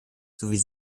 sowie